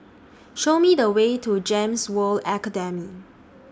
Show Me The Way to Gems World Academy